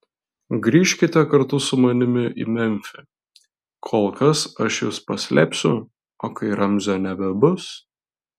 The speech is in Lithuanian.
grįžkite kartu su manimi į memfį kol kas aš jus paslėpsiu o kai ramzio nebebus